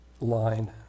line